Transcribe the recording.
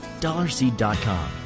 DollarSeed.com